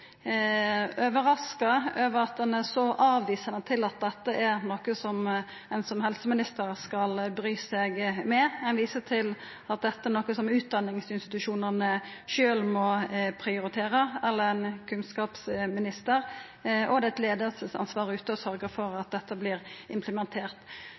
overraska over at ein er så avvisande til at dette er noko som ein som helseminister skal bry seg med. Ein viser til at dette er noko som utdanningsinstitusjonane sjølve må prioritera, eller kunnskapsministeren, og at det er eit leiingsansvar ute å sørgja for